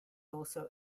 also